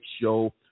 show